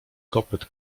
kopyt